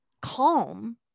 calm